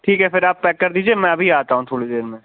ٹھیک ہے پھر آپ پیک کر دیجیے میں ابھی آتا ہوں تھوڑی دیر میں